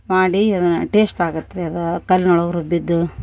ಮಾಡಿ ಅದನ ಟೇಸ್ಟ್ ಆಗತ್ತೆ ರೀ ಅದ ಕಲ್ಲಿನೊಳಗು ರುಬ್ಬಿದ್ದು